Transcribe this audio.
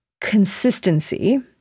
consistency